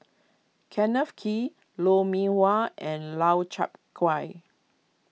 Kenneth Kee Lou Mee Wah and Lau Chiap Khai